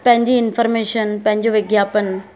पंहिंजी इन्फॉर्मेशन पंहिंजो विज्ञापन